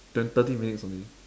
twen~ thirty minutes only